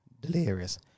delirious